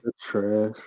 trash